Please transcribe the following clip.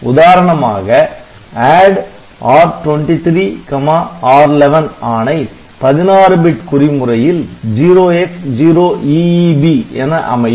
உதாரணமாக ADD R23R11 ஆணை 16 bit குறி முறையில் 0x0EEB என அமையும்